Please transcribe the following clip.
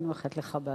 ואני מאחלת לך הצלחה.